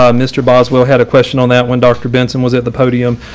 um mr. boswell had a question on that when dr. benson was at the podium.